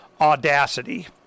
Audacity